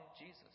Jesus